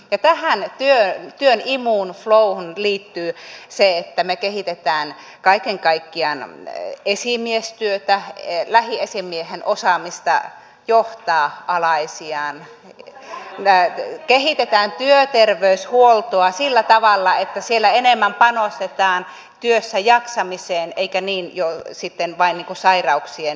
ja tähän työn imuun flowhun liittyy se että me kehitämme kaiken kaikkiaan esimiestyötä lähiesimiehen osaamista johtaa alaisiaan kehitetään työterveyshuoltoa sillä tavalla että siellä enemmän panostetaan työssäjaksamiseen eikä sitten vain keskitytä sairauksien löytämiseen